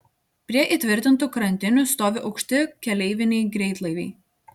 prie įtvirtintų krantinių stovi aukšti keleiviniai greitlaiviai